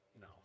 No